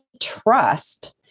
trust